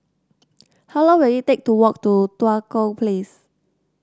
how long will it take to walk to Tua Kong Place